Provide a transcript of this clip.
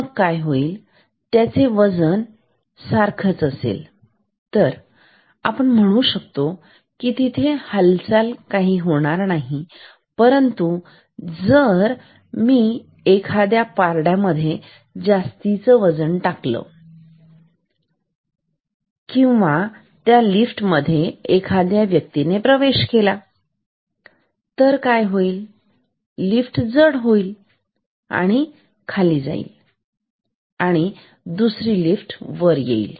मग काय होईल त्यांचे वजन सारखा असेल तर तर आपण फक्त म्हणू शकतो तिथे हालचाल करणार नाही परंतु जर मी एखाद्या मध्ये जास्तीचे वजन टाकलं किंवा त्या लिफ्टमध्ये एखाद्या व्यक्तीने प्रवेश केला म्हणजे मग लिफ्ट जड होईल आणि खाली जाईल आणि दुसरी वर येईल